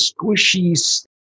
squishy